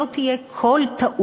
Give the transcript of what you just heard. שלא תהיה טעות,